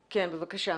בבקשה.